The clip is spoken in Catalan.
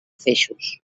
feixos